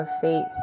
faith